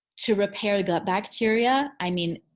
to repair gut bacteria i mean,